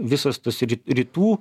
visas tas rytų